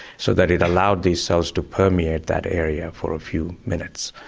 so that it allowed these cells to permeate that area for a few minutes.